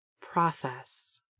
process